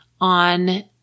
on